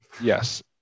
Yes